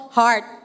heart